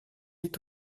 est